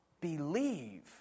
believe